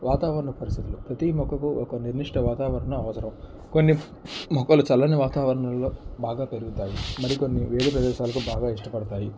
వాతావరణ పరిస్థితులు ప్రతి మొక్కకు ఒక నిమిష్ట వాతావరణం అవసరం కొన్ని మొక్కలు చల్లని వాతావరణంలో బాగా పెరుగుతాయి మరికొన్ని వేడి ప్రదేశాలకు బాగా ఇష్టపడతాయి